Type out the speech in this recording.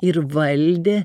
ir valdė